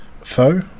foe